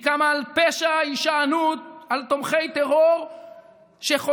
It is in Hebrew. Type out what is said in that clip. היא קמה על פשע: הישענות על תומכי טרור שחותרים